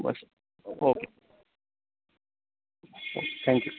बस okay thank you